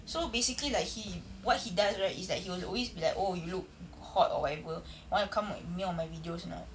so basically like he what he does right is that he will always be like oh you look hot or whatever want to come with me on my videos or not